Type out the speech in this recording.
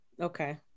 okay